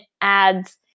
ads